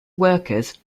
workers